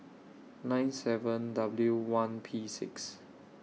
nine seven W one P six